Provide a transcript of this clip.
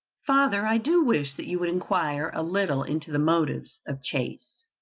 father, i do wish that you would inquire a little into the motives of chase,